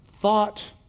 thought